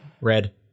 red